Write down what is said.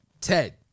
Ted